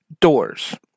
doors